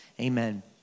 Amen